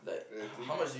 anything